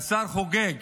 השר חוגג